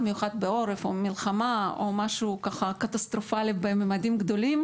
מיוחד בעורף או מלחמה או משהו קטסטרופלי בממדים גדולים